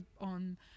on